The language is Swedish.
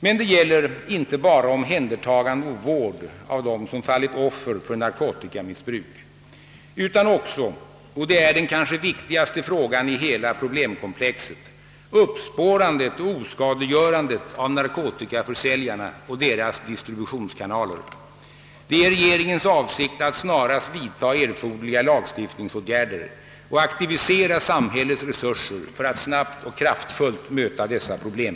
Men det gäller inte bara omhändertagande och vård av dem som fallit offer för narkotikamissbruk, utan också — och det är den kanske viktigaste frågan i hela problemkomplexet — uppspårandet och oskadliggörandet av narkotikaförsäljarna och deras distributionskanaler. Det är regeringens avsikt att snarast vidta erforderliga lagstiftningsåtgärder och aktivisera samhällets resurser för att snabbt och kraftfullt möta dessa problem.